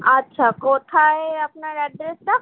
আচ্ছা কোথায় আপনার অ্যাড্রেসটা